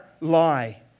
Lie